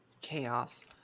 Chaos